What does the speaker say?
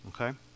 okay